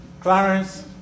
Clarence